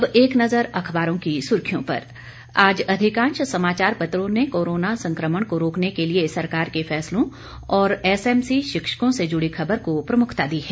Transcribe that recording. अब एक नज़र अखबारों की सुर्खियों पर आज अधिकांश समाचार पत्रों ने कोरोना संकमण को रोकने के लिए सरकार के फैसलों और एसएमसी शिक्षकों से जुड़ी खबर को प्रमुखता दी है